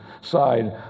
side